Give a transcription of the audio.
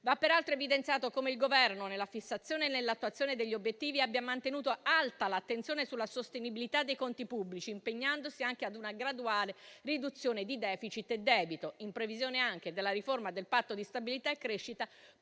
Va peraltro evidenziato come il Governo, nella fissazione e nell'attuazione degli obiettivi, abbia mantenuto alta l'attenzione sulla sostenibilità dei conti pubblici, impegnandosi anche ad una graduale riduzione di *deficit* e debito, in previsione anche della riforma del Patto di stabilità e crescita,